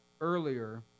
earlier